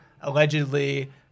allegedly